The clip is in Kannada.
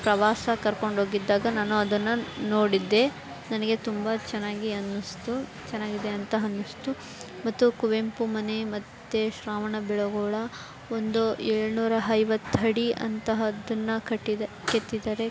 ಪ್ರವಾಸ ಕರ್ಕೊಂಡೋಗಿದ್ದಾಗ ನಾನು ಅದನ್ನು ನೋಡಿದ್ದೆ ನನಗೆ ತುಂಬ ಚೆನ್ನಾಗಿ ಅನ್ನಿಸಿತು ಚೆನ್ನಾಗಿದೆ ಅಂತ ಅನ್ನಿಸ್ತು ಮತ್ತು ಕುವೆಂಪು ಮನೆ ಮತ್ತು ಶ್ರವಣಬೆಳಗೊಳ ಒಂದು ಏಳುನೂರ ಐವತ್ತು ಅಡಿ ಅಂತಹದ್ದನ್ನು ಕಟ್ಟಿದೆ ಕೆತ್ತಿದ್ದಾರೆ